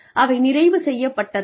அவை நிறைவு செய்யப் பட்டதா